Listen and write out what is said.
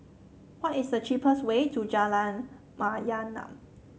what is the cheapest way to Jalan Mayaanam